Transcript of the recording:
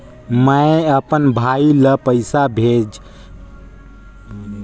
मैं अपन भाई ल पइसा भेजा चाहत हों, जेला शहर से बाहर जग रहत हवे